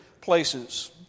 places